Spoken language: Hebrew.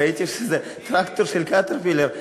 ראיתי שזה טרקטור של "קטרפילר".